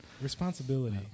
Responsibility